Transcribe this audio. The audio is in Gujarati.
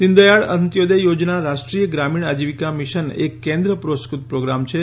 દીનદયાળ અંત્યોદય યોજના રાષ્ટ્રીય ગ્રામીણ આજીવિકા મિશન એક કેન્દ્ર પુરસ્કૃત પ્રોગ્રામ છે